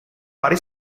vari